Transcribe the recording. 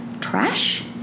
trash